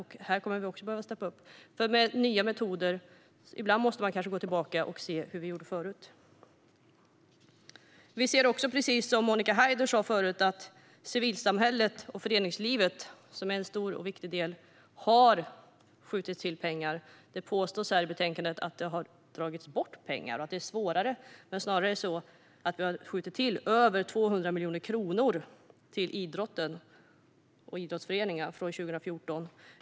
Här kommer vi också att behöva komma vidare. Ibland måste man kanske gå tillbaka och se hur vi gjorde förut. Precis som Monica Haider sa tidigare ser vi hur det har skjutits till pengar till civilsamhället och föreningslivet, som är en stor och viktig del. Det påstås i betänkandet att det har dragits bort pengar och att det är svårare. Det är snarare så att vi har skjutit till över 200 miljoner kronor till idrotten och idrottsföreningar från 2014.